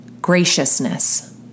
graciousness